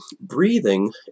breathing